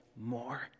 more